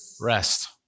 rest